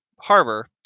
harbor